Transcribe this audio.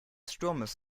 sturmes